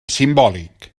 simbòlic